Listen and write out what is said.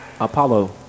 Apollo